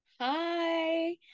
Hi